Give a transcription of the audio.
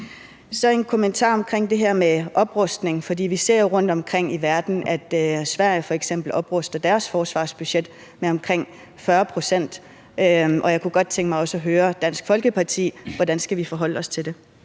med en kommentar til det her med oprustning. Vi ser det jo ske rundtomkring i verden – f.eks. opruster Sverige sit forsvarsbudget med omkring 40 pct., og jeg kunne godt tænke mig at høre Dansk Folkeparti, hvordan vi skal forholde os til det.